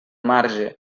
marge